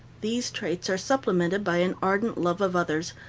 these traits are supplemented by an ardent love of others,